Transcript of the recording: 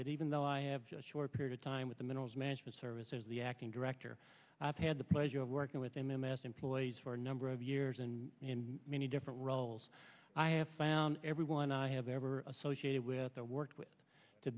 that even though i have just short period of time with the minerals management service as the acting director i've had the pleasure of working with m m s employees for a number of years and in many different roles i have found everyone i have ever associated with the work with to